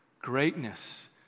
Greatness